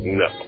no